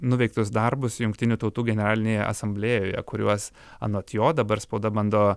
nuveiktus darbus jungtinių tautų generalinėje asamblėjoje kuriuos anot jo dabar spauda bando